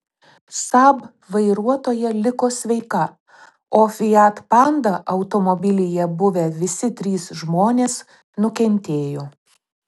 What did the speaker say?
saab vairuotoja liko sveika o fiat panda automobilyje buvę visi trys žmonės nukentėjo